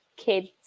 Kids